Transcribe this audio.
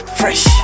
fresh